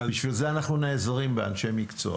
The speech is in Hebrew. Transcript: בשביל זה אנחנו נעזרים באנשי מקצוע.